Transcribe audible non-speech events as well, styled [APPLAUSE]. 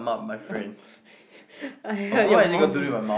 [LAUGHS] I heard your mom